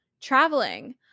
Traveling